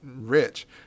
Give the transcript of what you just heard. rich